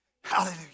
Hallelujah